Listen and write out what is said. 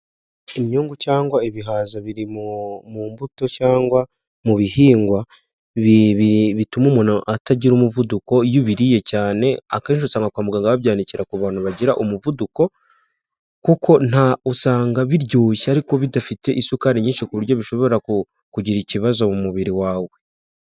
Imyungu cyangwa ibihaza biri mu mbuto cyangwa mu bihingwa bituma umuntu atagira umuvuduko iyo ubiririye cyane. Akenshi usanga kwavugaganga babyandikira ku bantu bagira umuvuduko, kuko usanga biryoshye ariko bidafite isukari nyinshi ku buryo bishobora kugira ikibazo mu mubiri wawe.